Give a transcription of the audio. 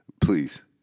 Please